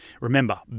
Remember